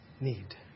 Need